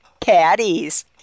caddies